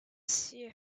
see